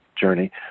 journey